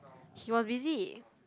he was busy